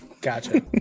Gotcha